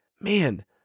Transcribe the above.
man